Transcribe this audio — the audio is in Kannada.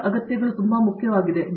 ಮೂರ್ತಿ ಆದ್ದರಿಂದ ಇದು ತುಂಬಾ ಮುಖ್ಯವಾಗಿದೆ